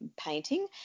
painting